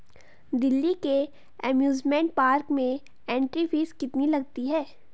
दिल्ली के amusement park में entry fees कितनी लगती है?